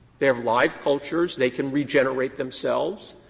they are live cultures they can regenerate themselves.